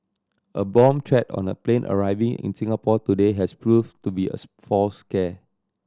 a bomb threat on a plane arriving in Singapore today has proved to be a false scare